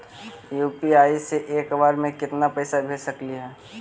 UPI से एक बार मे केतना पैसा भेज सकली हे?